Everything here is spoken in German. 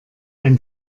ein